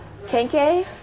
Kenke